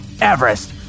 Everest